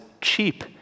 cheap